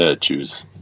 choose